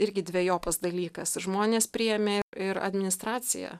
irgi dvejopas dalykas žmonės priėmė ir administracija